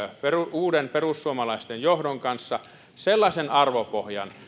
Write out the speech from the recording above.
uuden perussuomalaisten johdon kanssa sellaisen arvopohjan